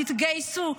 תתגייסו,